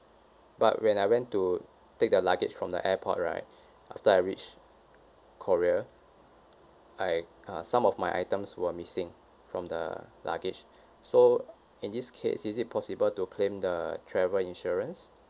but when I went to take the luggage from the airport right after I reached korea I uh some of my items were missing from the luggage so in this case is it possible to claim the travel insurance